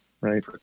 Right